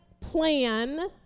plan